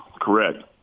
correct